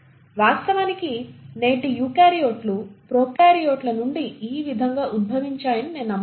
వాస్తవానికి నేటి యూకారియోట్లు ప్రొకార్యోట్ల నుండి ఈ విధంగా ఉద్భవించాయని నేను నమ్ముతున్నాము